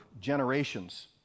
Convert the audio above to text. generations